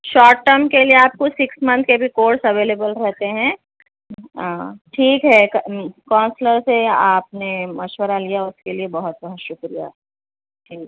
short term کے لیے آپ کو سکس منتھ کے بھی کورس اویلیبل رہتے ہیں ہاں ٹھیک ہے کونسلر سے آپ نے مشورہ لیا اس کے لیے بہت بہت شکریہ ٹھیک